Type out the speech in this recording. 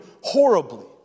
horribly